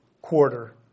quarter